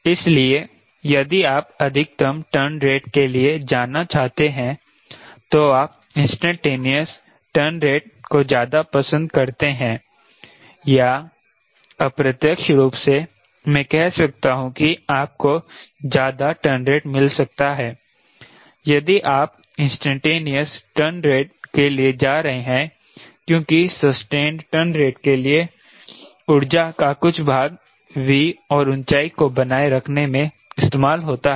इसलिए यदि आप अधिकतम टर्न रेट के लिए जाना चाहते हैं तो आप इंस्टैंटेनियस टर्न रेट को ज्यादा पसंद करते हैं या अप्रत्यक्ष रूप से मैं कह सकता हूं कि आपको ज्यादा टर्न रेट मिल सकता हैं यदि आप इंस्टैंटेनियस टर्न रेट के लिए जा रहे हैं क्योंकि सस्टेंड टर्न रेट के लिए ऊर्जा का कुछ भाग V और ऊँचाई को बनाए रखने में इस्तेमाल होता है